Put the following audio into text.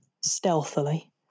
stealthily